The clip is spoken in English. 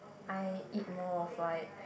I eat more of like